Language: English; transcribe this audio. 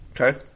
Okay